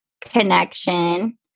connection